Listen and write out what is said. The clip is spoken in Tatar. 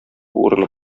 урыны